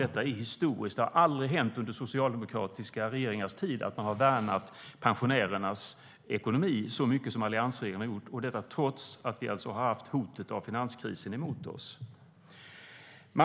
Detta är historiskt. Det har aldrig hänt under socialdemokratiska regeringars tid att man har värnat pensionärernas ekonomi så mycket som alliansregeringen har gjort, och detta trots hotet om finanskris.